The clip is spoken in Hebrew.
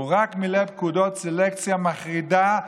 הוא רק מילא פקודת סלקציה מחרידה.